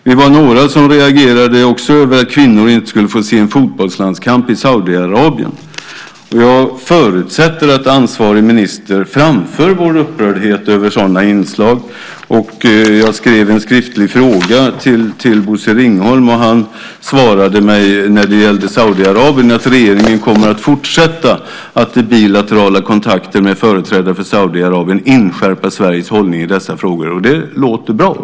Vi var också några som reagerade över att kvinnor inte skulle få se en fotbollslandskamp i Saudiarabien. Jag förutsätter att ansvarig minister framför vår upprördhet över sådana inslag. Jag har inlämnat en skriftlig fråga till Bosse Ringholm. Han svarade när det gäller Saudiarabien att regeringen kommer att fortsätta att i bilaterala kontakter med företrädare för Saudiarabien inskärpa Sveriges hållning i dessa frågor. Det låter bra.